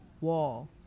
wall